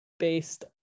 based